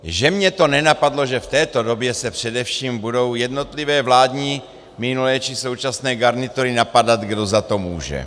Že mě to nenapadlo, že v této době se především budou jednotlivé vládní minulé či současné garnitury napadat, kdo za to může.